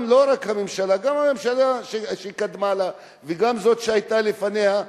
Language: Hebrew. לא רק זו, גם הממשלה שקדמה לה וגם זו שהיתה לפניה,